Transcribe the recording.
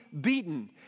beaten